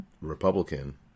Republican